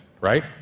right